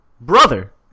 brother